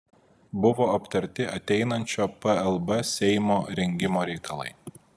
buvo aptarti ateinančio plb seimo rengimo reikalai